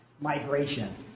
migration